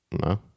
No